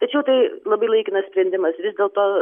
tačiau tai labai laikinas sprendimas vis dėlto